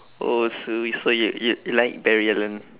oh so you so you you you like barry allen